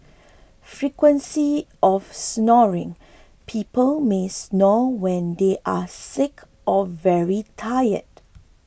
frequency of snoring people may snore when they are sick or very tired